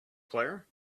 claire